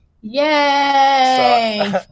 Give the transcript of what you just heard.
yay